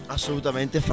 Assolutamente